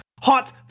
Hot